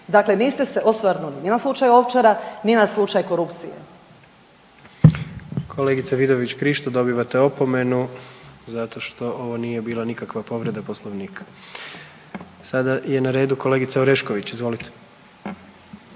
Dakle niste se osvrnuli ni na slučaj Ovčara ni na slučaj korupcije.